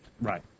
Right